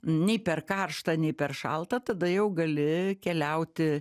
nei per karšta nei per šalta tada jau gali keliauti